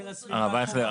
הרב אייכלר,